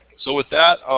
so, with that,